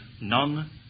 none